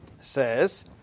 says